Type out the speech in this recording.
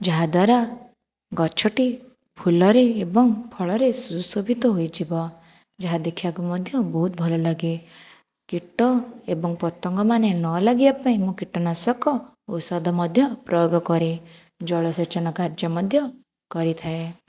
ଯାହାଦ୍ୱାରା ଗଛଟି ଫୁଲରେ ଏବଂ ଫଳରେ ସୁଶୋଭିତ ହୋଇଯିବ ଯାହା ଦେଖିବାକୁ ମଧ୍ୟ ବହୁତ ଭଲ ଲାଗେ କୀଟ ଏବଂ ପତଙ୍ଗମାନେ ନ ଲାଗିବା ପାଇଁ ମୁଁ କୀଟନାଶକ ଔଷଧ ମଧ୍ୟ ପ୍ରୟାେଗ କରେ ଜଳସେଚନ କାର୍ଯ୍ୟ ମଧ୍ୟ କରିଥାଏ